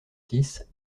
six